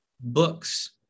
books